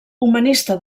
humanista